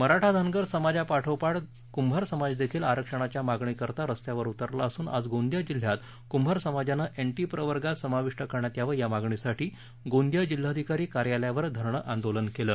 मराठा धनगर समजा पाटोपाठ कुंभार समाज देखील आरक्षणाच्या मागणी करिता रस्त्यावर उतरला असून आज गोंदिया जिल्ह्यात कुंभार समाजानं एनटी प्रवर्गात समाविष्ट करण्यात यावं या मागणीसाठी गोंदिया जिल्हाधिकारी कार्यालयावर धरणं आंदोलन केलं